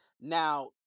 Now